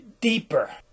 deeper